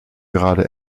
gerade